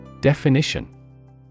Definition